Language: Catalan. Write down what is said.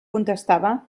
contestava